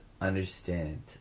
understand